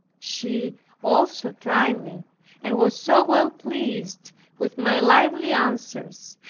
she also tried me and was so well pleased with my lively answers,